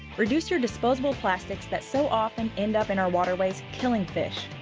reduce your disposable plastics that so often end up in our waterways, killing fish.